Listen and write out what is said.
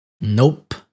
Nope